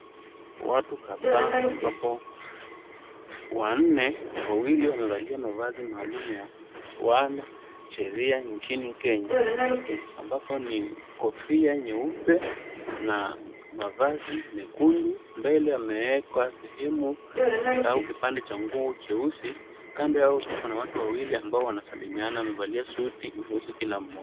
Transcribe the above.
Watu kadhaa ambapo wawili wamevalia mavazi ya wanasheria nchini Kenya ambapo ni kofia nyeupe na mavazi mekundu. Mbele yamewekwa sehemu au kipande cha nguo cheusi. Kando yao kuna watu wawili ambao wanasalimiana wamevaa suti nyeusi kila mmoja.